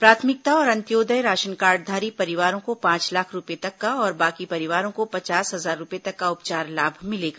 प्राथमिकता और अंत्योदय राशन कार्डधारी परिवारों को पांच लाख रूपये तक का और बाकी परिवारों को पचास हजार रूपये तक का उपचार लाभ मिलेगा